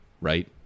right